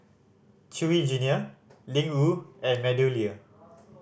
Chewy Junior Ling Wu and MeadowLea